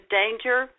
danger